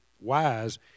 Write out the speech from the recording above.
wise